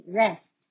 rest